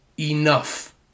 Enough